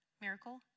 miracle